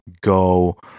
go